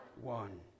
One